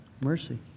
Mercy